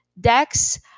Dex